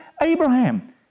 Abraham